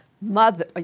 mother